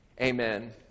Amen